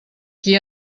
qui